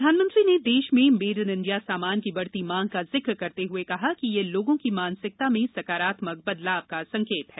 प्रधानमंत्री ने देश में मेड इन इंडिया समान की बढ़ती मांग का जिक करते हुए कहा कि यह लोगों की मानसिकता में सकारात्मक बदलाव का संकेत है